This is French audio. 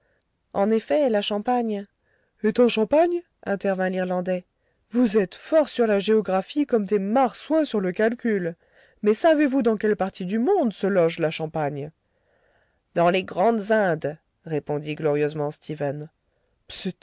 en effet la champagne est en champagne intervint l'irlandais vous êtes forts sur la géographie comme des marsouins sur le calcul mais savez-vous dans quelle partie du monde se loge la champagne dans les grandes indes répondit glorieusement stephen